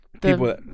people